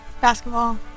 basketball